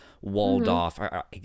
walled-off